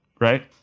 right